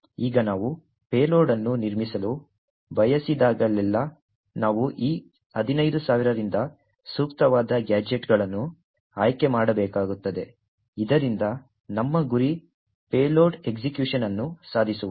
ಈಗ ನಾವು ಪೇಲೋಡ್ ಅನ್ನು ನಿರ್ಮಿಸಲು ಬಯಸಿದಾಗಲೆಲ್ಲಾ ನಾವು ಈ 15000 ರಿಂದ ಸೂಕ್ತವಾದ ಗ್ಯಾಜೆಟ್ಗಳನ್ನು ಆಯ್ಕೆ ಮಾಡಬೇಕಾಗುತ್ತದೆ ಇದರಿಂದ ನಮ್ಮ ಗುರಿ ಪೇಲೋಡ್ ಎಕ್ಸಿಕ್ಯೂಶನ್ ಅನ್ನು ಸಾಧಿಸಬಹುದು